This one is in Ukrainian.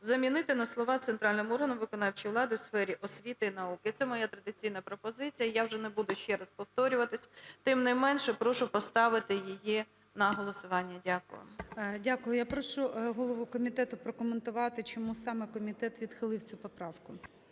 замінити на слова "центральним органом виконавчої влади у сфері освіти і науки". Це моя традиційна пропозиція, я вже не буду ще раз повторюватись. Тим не менше прошу поставити її на голосування. Дякую. ГОЛОВУЮЧИЙ. Дякую. Я прошу голову комітету прокоментувати, чому саме комітет відхилив цю поправку.